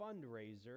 fundraiser